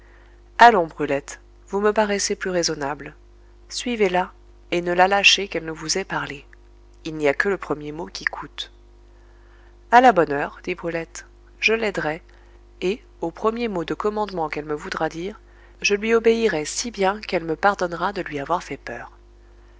allons brulette vous me paraissez plus raisonnable suivez la et ne la lâchez qu'elle ne vous ait parlé il n'y a que le premier mot qui coûte à la bonne heure dit brulette je l'aiderai et au premier mot de commandement qu'elle me voudra dire je lui obéirai si bien qu'elle me pardonnera de lui avoir fait peur